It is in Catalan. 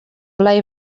blai